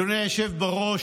אדוני היושב-ראש,